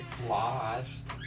lost